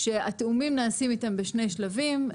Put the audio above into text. שהתיאומים נעשים איתם בשני שלבים.